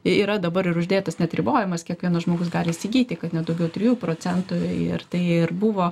yra dabar ir uždėtas net ribojamas kiek vienas žmogus gali įsigyti kad ne daugiau trijų procentų ir tai ir buvo